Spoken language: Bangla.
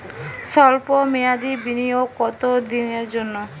সল্প মেয়াদি বিনিয়োগ কত দিনের জন্য?